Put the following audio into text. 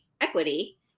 equity